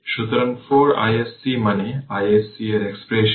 সুতরাং 4 iSC মানে iSC এর এক্সপ্রেশন